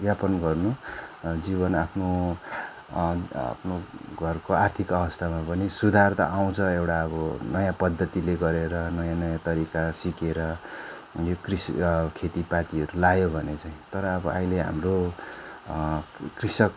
यापन गर्नु जीवन आफ्नो आफ्नो घरको आर्थिक अवस्थामा पनि सुधार त आउँछ एउटा अब नयाँ पद्धतिले गरेर नयाँ नयाँ तरिका सिकेर यो कृषि खेतीपातीहरू लगायो भने चाहिँ तर अब अहिले हाम्रो कृ कृषक